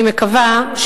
אני מקווה,